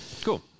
cool